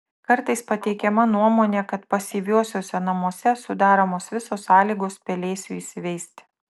kartais pateikiama nuomonė kad pasyviuosiuose namuose sudaromos visos sąlygos pelėsiui įsiveisti